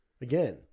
again